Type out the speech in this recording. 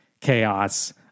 chaos